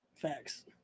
Facts